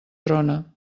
trona